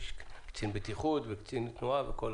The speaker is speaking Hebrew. יש קצין בטיחות וקצין תנועה וכו',